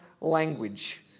language